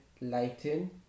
lighten